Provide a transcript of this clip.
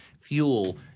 fuel